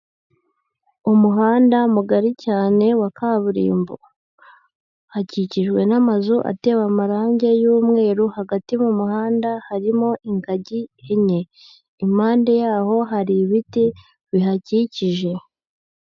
Umuhanda mugari cyane wa kaburimbo. Hakikijwe n'amazu atewe amarange y'umweru, hagati mu muhanda harimo ingagi enye. Impande yaho hari ibiti bihakikije.